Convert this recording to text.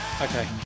okay